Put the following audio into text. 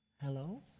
hello